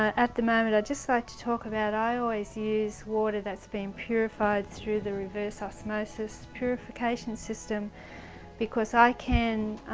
at the moment i'd just like to talk about, i always use water that's been purified through the reverse osmosis purification system because i can,